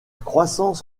croissance